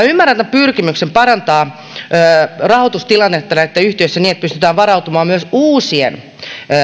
ymmärrän tämän pyrkimyksen parantaa rahoitustilannetta näissä yhtiöissä niin että pystytään varautumaan myös uusien